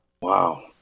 Wow